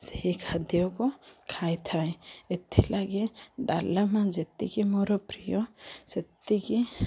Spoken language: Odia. ସେହି ଖାଦ୍ୟକୁ ଖାଇଥାଏ ଏଥିଲାଗି ଡାଲମା ଯେତିକି ମୋର ପ୍ରିୟ ସେତିକି